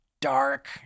dark